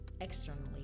externally